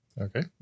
Okay